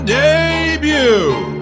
debut